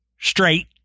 straight